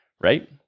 right